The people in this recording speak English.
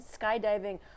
skydiving